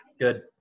Good